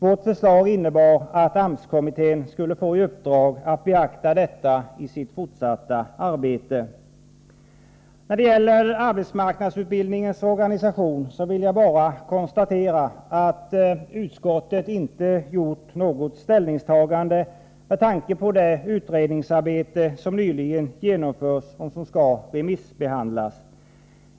Vårt förslag innebar att AMS kommittén skulle få i uppdrag att beakta detta i sitt fortsatta arbete. När det gäller arbetsmarknadsutbildningens organisation vill jag bara konstatera, att utskottet inte gjort något ställningstagande med tanke på det utredningsarbete som nyligen genomförts och som skall remissbehandlas.